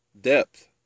depth